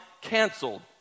canceled